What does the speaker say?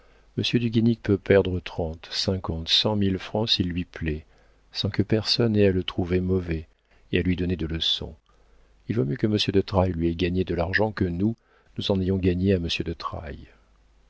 du guénic peut perdre trente cinquante cent mille francs s'il lui plaît sans que personne ait à le trouver mauvais et à lui donner des leçons il vaut mieux que monsieur de trailles lui ait gagné de l'argent que nous nous en ayons gagné à monsieur de